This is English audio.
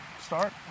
start